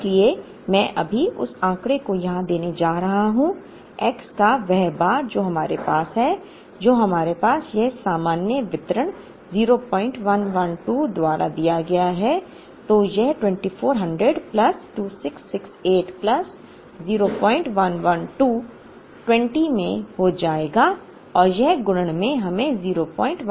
इसलिए मैं अभी उस आंकड़े को यहाँ देने जा रहा हूँ x का वह बार जो हमारे पास है जब हमारे पास यह सामान्य वितरण 0112 द्वारा दिया गया है तो यह 2400 प्लस 2668 प्लस 0112 20 में हो जाएगा और यह गुणन हमें 0112 देता है